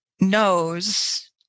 knows